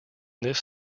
this